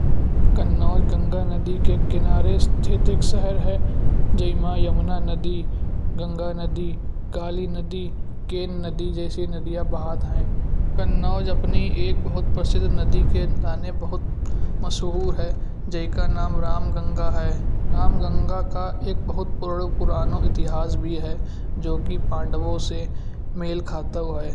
कन्नौज गंगा नदी के किनारे स्थित शहर है जय माँ यमुना नदी गंगा नदी काली नदी के नदी जैसी नदियां बहत ह। कन्नौज अपनी एक बहुत प्रसिद्ध नदी के ताने बहुत मशहूर है जय का नाम रामगंगा है। राम गंगा का एक बहुत पुराना इतिहास भी है जो कि पांडवों से मेल खाता हुआ है।